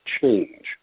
change